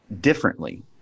differently